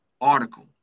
article